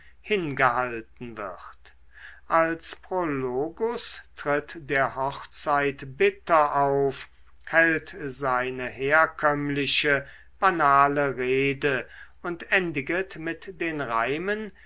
hingehalten wird als prologus tritt der hochzeitbitter auf hält seine herkömmliche banale rede und endiget mit den reimen